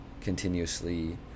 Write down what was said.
continuously